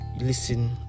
listen